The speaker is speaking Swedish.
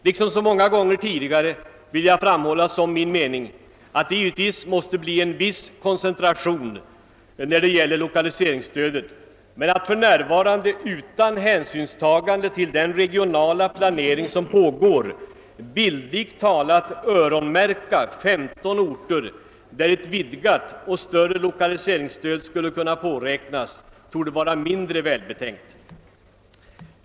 Liksom så många gånger tidigare vill jag framhålla som min mening, att lokaliseringsstödet givetvis i viss utsträckning måste koncentreras, men att för närvarande utan hänsynstagande till den regionala planering som pågår »öronmärka» 15 orter där ett vidgat lokaliseringsstöd skulle kunnat påräknas torde vara mindre välbetänkt.